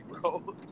bro